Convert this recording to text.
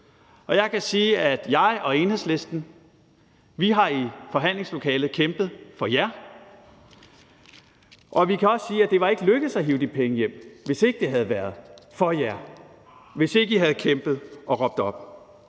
Jeg kan sige, at jeg og Enhedslisten i forhandlingslokalet har kæmpet for jer. Vi kan også sige, at det ikke var lykkedes at hive pengene hjem, hvis ikke det havde været for jer, og hvis ikke I havde kæmpet og råbt op.